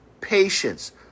patience